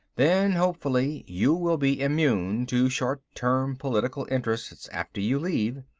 then hopefully you will be immune to short-term political interests after you leave.